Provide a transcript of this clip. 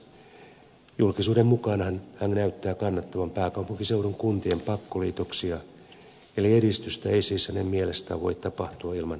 julkisuudesta saatujen tietojen mukaan hän näyttää kannattavan pääkaupunkiseudun kuntien pakkoliitoksia eli edistystä ei siis hänen mielestään voi tapahtua ilman pakottamista